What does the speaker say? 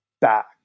back